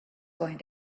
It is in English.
going